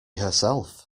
herself